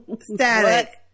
Static